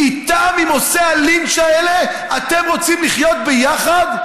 איתם, עם עושי הלינץ' האלה, אתם רוצים לחיות ביחד?